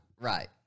right